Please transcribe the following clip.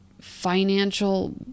financial